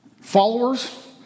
followers